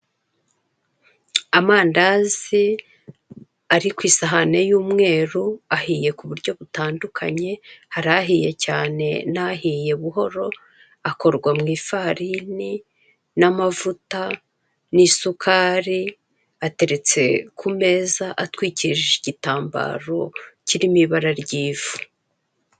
Amandazi ari ku isahani y'umweru ahiye ku buryo butandukanye, hari ahiye cyane n'ahiye buhoro, akorwa mu ifarini n'amavuta n'isukari ateretse ku meza atwikije igitambaro igitambaro kirimo ibara ry'ivu.